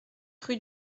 rue